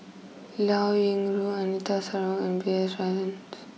Liao Yingru Anita Sarawak and B S Rajhans